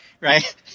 Right